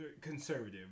conservative